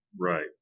Right